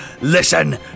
listen